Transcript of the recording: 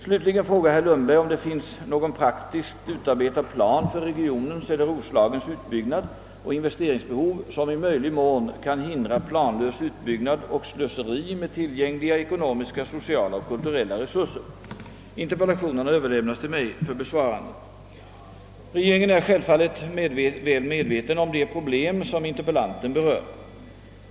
Slutligen frågar herr Lundberg om det finns någon praktiskt utarbetad plan för regionens eller Roslagens utbyggnad och investeringsbehov, som i möjlig mån kan hindra planlös utbyggnad och slöseri med tillgängliga ekonomiska, sociala och kulturella resurser. Interpellationen har överlämnats till mig för besvarande. Regeringen är självfallet väl medveten om de problem som interpellanten berör.